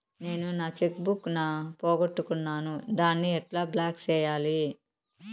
నేను నా cheque book ను పోగొట్టుకున్నాను దాన్ని ఎట్లా బ్లాక్ సేయాలి?